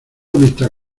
amistad